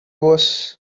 was